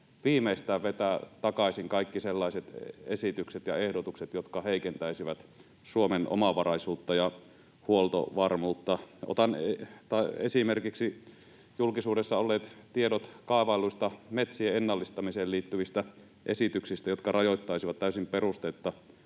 viimeistään vetää takaisin kaikki sellaiset esitykset ja ehdotukset, jotka heikentäisivät Suomen omavaraisuutta ja huoltovarmuutta. Otan esimerkiksi julkisuudessa olleet tiedot kaavailluista metsien ennallistamiseen liittyvistä esityksistä, jotka rajoittaisivat täysin perusteetta